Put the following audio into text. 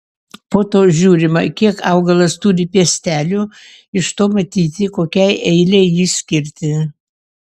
po to žiūrima kiek augalas turi piestelių iš to matyti kokiai eilei jį skirti